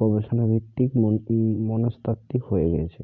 গবেষণাভিত্তিক মনস্তাত্ত্বিক হয়ে গিয়েছে